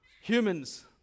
humans